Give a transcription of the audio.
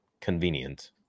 Convenient